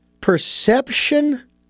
perception